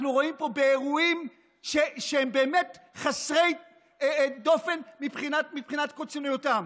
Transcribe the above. אנחנו רואים פה אירועים שהם באמת יוצאי דופן מבחינת קיצוניותם.